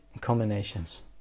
combinations